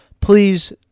please